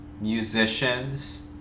musicians